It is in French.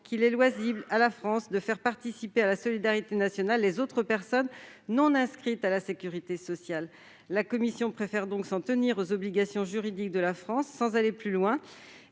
qu'il est loisible à la France de faire participer à la solidarité nationale les autres personnes non inscrites à sa sécurité sociale. La commission préfère donc s'en tenir aux obligations juridiques de la France, sans aller plus loin.